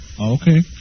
Okay